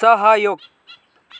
सहयोग